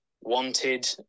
wanted